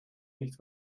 nicht